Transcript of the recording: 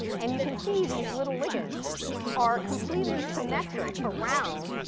and you can see these little ligands are completely symmetric around.